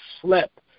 slept